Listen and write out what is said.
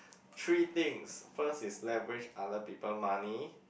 three things is leverage other people money